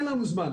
אין לנו זמן.